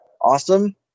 awesome